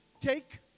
Take